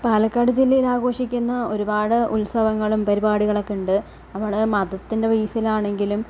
പാലക്കാട് ജില്ലയിൽ ആഘോഷിക്കുന്ന ഒരുപാട് ഉത്സവങ്ങളും പരിപാടികളൊക്കെയുണ്ട് അവിടെ മതത്തിന്റെ ബേസിൽ ആണെങ്കിലും